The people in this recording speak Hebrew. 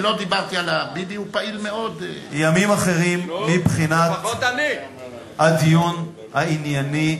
הימים הבאים, אדוני,